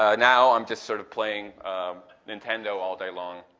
ah now, i'm just sort of playing nintendo all day long.